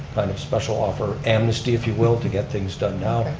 kind of special offer, amnesty if you will to get things done now.